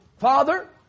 Father